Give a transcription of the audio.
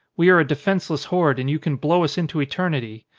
we are a defenceless horde and you can blow us into eternity.